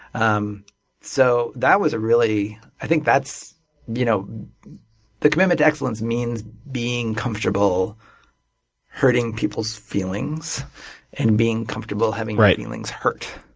um so that was a really i think that's you know the commitment to excellence means being comfortable hurting people's feelings and being comfortable having your feelings hurt.